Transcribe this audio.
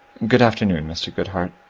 good afternoon, mr. groodhart.